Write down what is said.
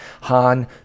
Han